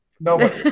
No